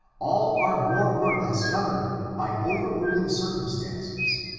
all are more or less governed by overruling circum stances,